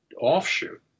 offshoot